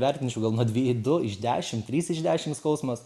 vertinčiau gal nuo dvi du iš dešimt trys iš dešimt skausmas